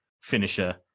finisher